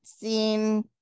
seen